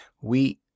We—